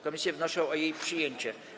Komisje wnoszą o jej przyjęcie.